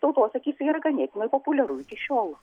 tautos akyse yra ganėtinai populiaru iki šiol